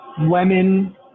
lemon